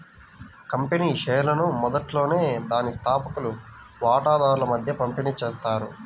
company షేర్లను మొదట్లోనే దాని స్థాపకులు వాటాదారుల మధ్య పంపిణీ చేస్తారు